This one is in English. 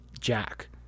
jack